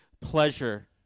pleasure